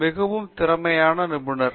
மிகவும் திறமையான நிபுணர்